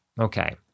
okay